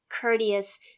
courteous